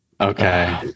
Okay